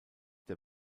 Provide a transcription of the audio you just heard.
der